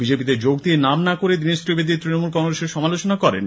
বিজেপিতে যোগ দিয়ে নাম না করে দীনেশ ত্রিবেদী তৃণমূল কংগ্রেসের সমালোচনা করেন